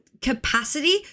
capacity